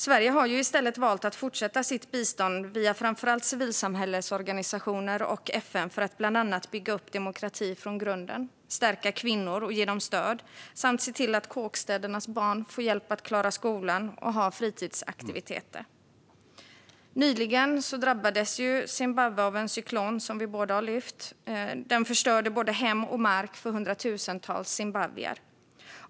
Sverige har i stället valt att fortsätta sitt bistånd via framför allt civilsamhällets organisationer och FN för att bland annat bygga upp demokrati från grunden, stärka kvinnor och ge dem stöd samt se till att kåkstädernas barn får hjälp att klara skolan och har fritidsaktiviteter. Nyligen drabbades Zimbabwe av en cyklon, något som vi båda har lyft fram. Den förstörde både hem och mark för hundratusentals zimbabwier.